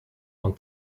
van